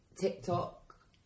tiktok